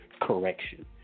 correction